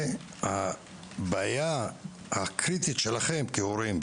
הבעיה הקריטית שלכם כהורים,